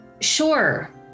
sure